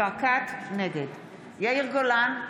יאיר גולן,